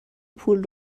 پول